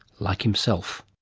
like himself.